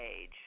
age